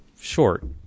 short